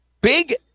Big